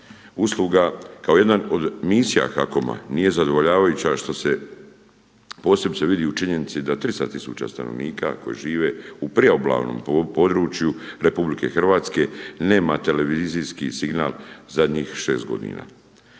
usluga kao jedan od misija HAKOM-a nije zadovoljavajuća što se posebice vidi i u činjenici da 300 tisuća stanovnika koji žive u priobalnom području RH nema televizijski signal zadnjih 6 godina.